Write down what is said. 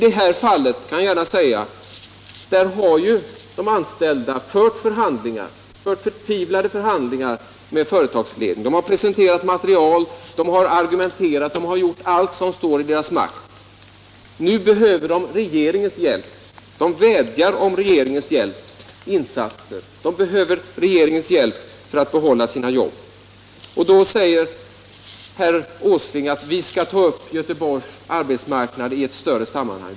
De anställda har i detta fall fört förtvivlade förhandlingar med företagsledningen. De har presenterat material, de har argumenterat och de har gjort allt som står i deras makt. Nu behöver de regeringens hjälp — de vädjar till regeringen om insatser så att de får behålla sina jobb. Då säger herr Åsling att vi skall ta upp frågan om Göteborgs arbetsmarknad i ett större sammanhang.